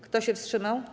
Kto się wstrzymał?